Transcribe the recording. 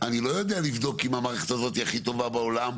אני לא יודע לבדוק אם המערכת הזאת הכי טובה בעולם,